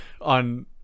on